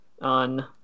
on